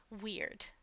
weird